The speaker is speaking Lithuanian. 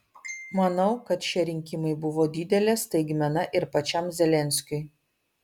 manau kad šie rinkimai buvo didelė staigmena ir pačiam zelenskiui